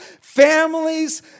families